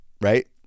Right